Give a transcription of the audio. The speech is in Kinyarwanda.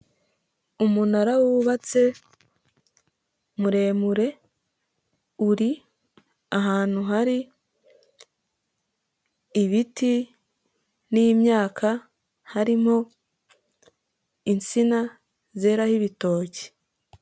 Umunara wubatse, muremure, uri ahantu hari ,ibiti n'imyaka, harimo insina, zeraho ibitoki.